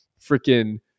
freaking